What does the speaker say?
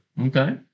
okay